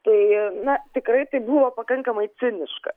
tai na tikrai tai buvo pakankamai ciniška